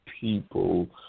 people